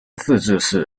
自治